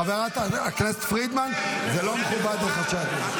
חברת הכנסת פרידמן, זה לא מכובד איך שאת מדברת.